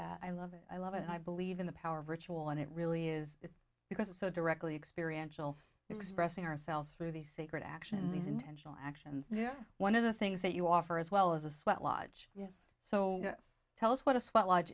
that i love it i love it i believe in the power of ritual and it really is because it's so directly experience expressing ourselves through the sacred actions these intentional actions yeah one of the things that you offer as well as a sweat lodge yes so tell us what a s